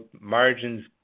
margins